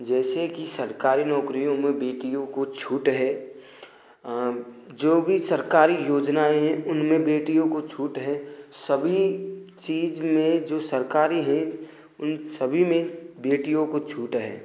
जैसे कि सरकारी नौकरियों में बेटियों को छूट है जो भी सरकारी योजनाएँ हैं उनमें बेटियों को छूट है सभी चीज में जो सरकारी हैं उन सभी में बेटियों को छूट है